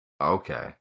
Okay